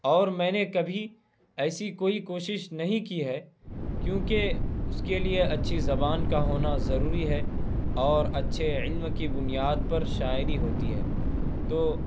اور میں نے کبھی ایسی کوئی کوشش نہیں کی ہے کیوںکہ اس کے لیے اچھی زبان کا ہونا ضروری ہے اور اچھے علم کی بنیاد پر شاعری ہوتی ہے تو